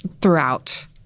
throughout